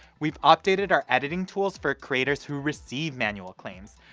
we've updated our editing tools for creators who receive manual claims,